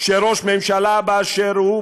שראש ממשלה באשר הוא,